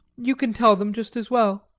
you can tell them just as well.